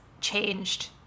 changed